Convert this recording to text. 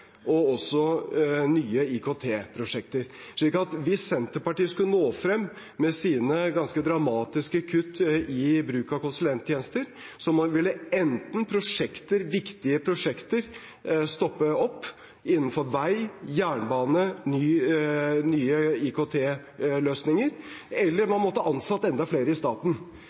og også nye IKT-prosjekter, så hvis Senterpartiet skulle nå frem med sine ganske dramatiske kutt i bruk av konsulenttjenester, ville enten viktige prosjekter innenfor vei, jernbane og nye IKT-løsninger stoppe opp, eller man måtte ha ansatt enda flere i staten.